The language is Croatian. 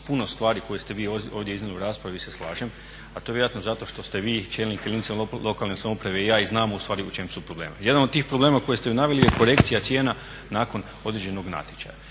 puno stvari koje ste vi ovdje iznijeli u raspravi se slažem, a to je vjerojatno zato što ste vi čelnik jedinice lokalne samouprave i ja znam ustvari u čemu su problemi. Jedan od tih problema koji ste naveli je korekcija cijena nakon određenog natječaja.